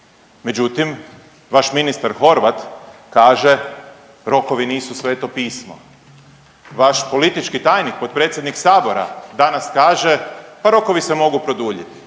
Međutim, vaš ministar Horvat kaže rokovi nisu Sveto pismo, vaš politički tajnik potpredsjednik sabora danas kaže pa rokovi se mogu produljiti.